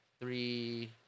three